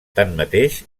tanmateix